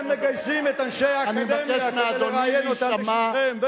ואתם מגייסים את אנשי האקדמיה כדי לראיין אותם בשמכם,